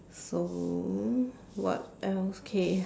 so what else okay